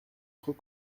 trop